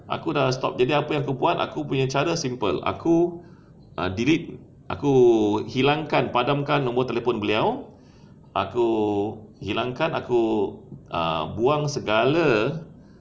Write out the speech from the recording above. aku dah stop jadi apa yang aku buat aku punya cara simple aku delete aku hilangkan padamkan nombor telefon beliau aku hilangkan aku ah buang segala